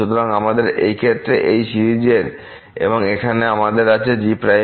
সুতরাং আমাদের এই ক্ষেত্রে এই সিরিজের এবং এখানে আমাদের আছে g